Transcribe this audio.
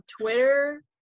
Twitter